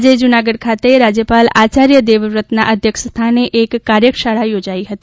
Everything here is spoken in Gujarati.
આજે જૂનાગઢ ખાતે રાજયપાલ આચાર્થ દેવવ્રતના અધ્યક્ષસ્થાને એક કાર્યશાળા યોજાઇ હતી